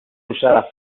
usada